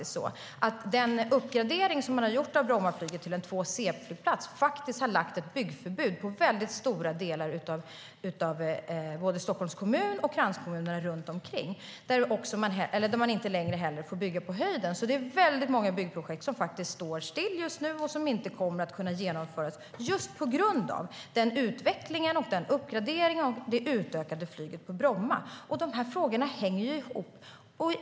Den uppgradering som man har gjort av Bromma flygplats till en 2C-flygplats har lagt ett byggförbud på väldigt stora delar av både Stockholms kommun och kranskommunerna runt omkring, där man inte längre heller får bygga på höjden. Det är väldigt många byggprojekt som står still just nu och som inte kommer att kunna genomföras på grund av utvecklingen, uppgraderingen och det utökade flyget på Bromma. Frågorna hänger ihop.